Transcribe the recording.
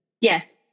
Yes